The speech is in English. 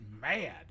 mad